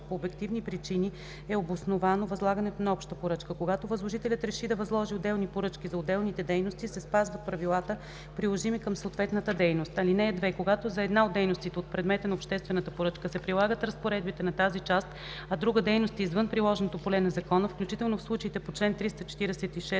по обективни причини е обосновано възлагането на обща поръчка. Когато възложителят реши да възложи отделни поръчки за отделните дейности се спазват правилата, приложими към съответната дейност. (2) Когато за една от дейностите от предмета на обществената поръчка, се прилагат разпоредбите на тази част, а друга дейност е извън приложното поле на закона, включително в случаите по чл. 346